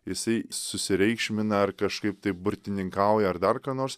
jisai susireikšmina ar kažkaip taip burtininkauja ar dar ką nors